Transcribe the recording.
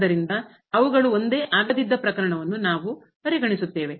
ಆದ್ದರಿಂದ ಅವುಗಳು ಒಂದೇ ಆಗದಿದ್ದ ಪ್ರಕರಣವನ್ನು ನಾವು ಪರಿಗಣಿಸುತ್ತೇವೆ